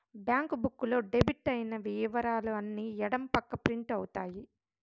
bank book లో debit అయిన ఇవరాలు అన్ని ఎడం పక్క ప్రింట్ అవుతాయి